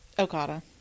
Okada